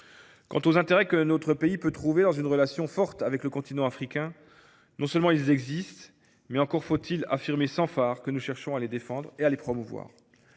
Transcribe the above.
Quant aux intérêts que notre pays peut trouver dans une relation forte avec le continent africain, s’ils existent, encore faut il affirmer sans fard que nous cherchons à les défendre et à les promouvoir.